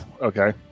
okay